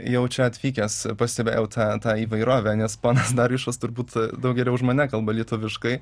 jau čia atvykęs pastebėjau tą tą įvairovę nes ponas darijušas turbūt daug geriau už mane kalba lietuviškai